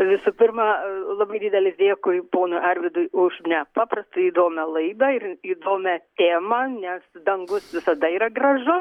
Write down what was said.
visų pirma labai didelis dėkui ponui arvydui už nepaprastai įdomią laidą ir įdomią temą nes dangus visada yra gražu